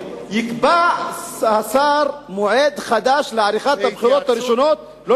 "יקבע השר מועד חדש לעריכת הבחירות הראשונות" "בהתייעצות".